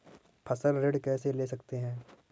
फसल ऋण कैसे ले सकते हैं?